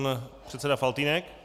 Pan předseda Faltýnek.